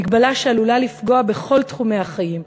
מגבלה שעלולה לפגוע בכל תחומי החיים,